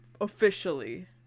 officially